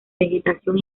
vegetación